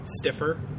stiffer